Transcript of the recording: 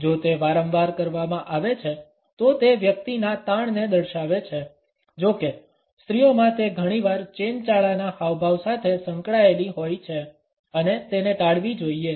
જો તે વારંવાર કરવામાં આવે છે તો તે વ્યક્તિના તાણને દર્શાવે છે જો કે સ્ત્રીઓમાં તે ઘણીવાર ચેનચાળાના હાવભાવ સાથે સંકળાયેલી હોય છે અને તેને ટાળવી જોઈએ